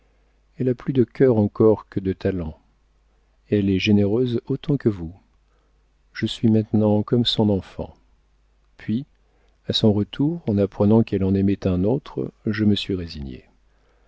elle a plus de cœur encore que de talent elle est généreuse autant que vous je suis maintenant comme son enfant puis à son retour en apprenant qu'elle en aimait un autre je me suis résigné